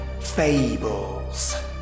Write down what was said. fables